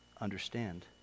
understand